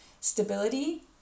stability